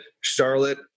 Charlotte